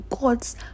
God's